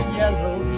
yellow